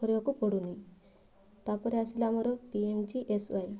କରିବାକୁ ପଡ଼ୁନି ତା'ପରେ ଆସିଲା ଆମର P M G S Y